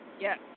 Yes